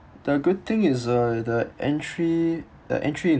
the good thing is uh the entry the entry